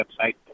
website